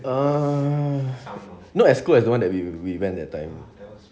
err not as good as that one we we went that time